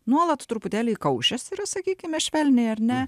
nuolat truputėlį įkaušęs yra sakykime švelniai ar ne